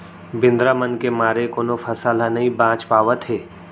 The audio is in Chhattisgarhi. बेंदरा मन के मारे कोनो फसल ह नइ बाच पावत हे